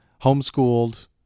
Homeschooled